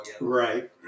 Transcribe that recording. Right